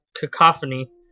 cacophony